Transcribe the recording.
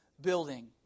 building